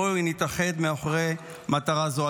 בואו נתאחד מאחורי מטרה זאת.